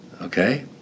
Okay